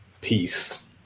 Peace